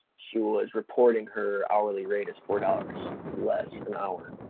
she was reporting her hourly rate as four dollars less an hour.